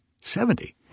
seventy